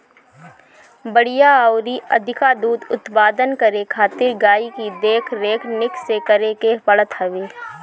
बढ़िया अउरी अधिका दूध उत्पादन करे खातिर गाई के देख रेख निक से करे के पड़त हवे